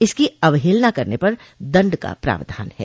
इसकी अवहेलना पर दंड का प्रावधान ह